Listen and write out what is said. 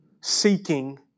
seeking